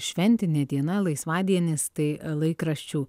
šventinė diena laisvadienis tai laikraščių